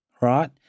right